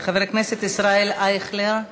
חבר הכנסת ישראל אייכלר.